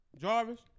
Jarvis